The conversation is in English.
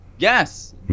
Yes